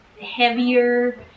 heavier